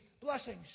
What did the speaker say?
blessings